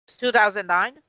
2009